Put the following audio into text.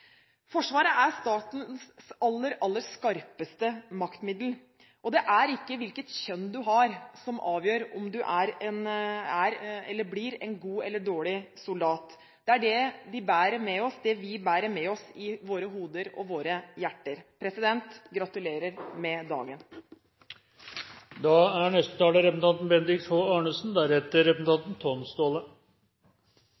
Forsvaret til enhver tid velge de best egnede fra hele befolkningen, ut ifra det behovet de har. Forsvaret er statens aller, aller skarpeste maktmiddel, og det er ikke hvilket kjønn man har som avgjør om man blir en god eller dårlig soldat, men det vi bærer med oss i våre hoder og våre hjerter. Gratulerer med